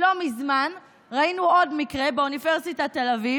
לא מזמן ראינו עוד מקרה באוניברסיטת תל אביב.